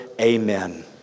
Amen